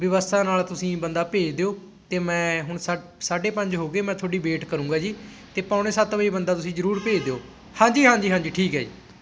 ਵਿਵਸਥਾ ਨਾਲ ਤੁਸੀਂ ਬੰਦਾ ਭੇਜ ਦਿਓ ਅਤੇ ਮੈਂ ਹੁਣ ਸਾ ਸਾਢੇ ਪੰਜ ਹੋ ਗਏ ਮੈਂ ਤੁਹਾਡੀ ਵੇਟ ਕਰੂੰਗਾ ਜੀ ਅਤੇ ਪੌਣੇ ਸੱਤ ਵਜੇ ਬੰਦਾ ਤੁਸੀਂ ਜ਼ਰੂਰ ਭੇਜ ਦਿਓ ਹਾਂਜੀ ਹਾਂਜੀ ਹਾਂਜੀ ਠੀਕ ਹੈ ਜੀ